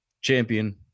champion